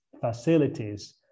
facilities